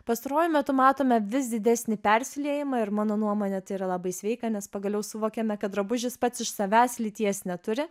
pastaruoju metu matome vis didesnį persiliejimą ir mano nuomone tai yra labai sveika nes pagaliau suvokiame kad drabužis pats iš savęs lyties neturi